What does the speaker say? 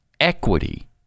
equity